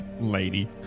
Lady